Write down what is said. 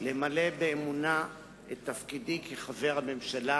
למלא באמונה את תפקידי כחבר הממשלה